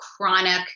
chronic